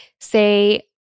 say